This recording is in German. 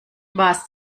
was